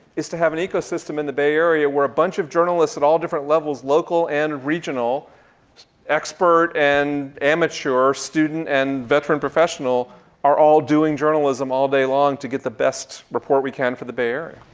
is to have an ecosystem in the bay area where a bunch of journalists at all different levels local and regional expert and amateur, student and veteran professional are all doing journalism all day long to get the best report we can for the bay area.